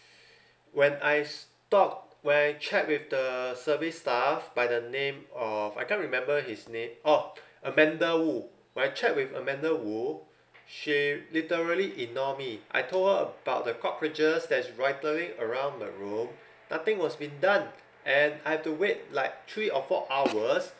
when I stop when I check with the service staff by the name of I can't remember his name oh amanda wu when I check with amanda wu she literally ignore me I told her about the cockroaches that's rattling around the room nothing was being done and I have to wait like three or four hours